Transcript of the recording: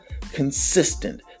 consistent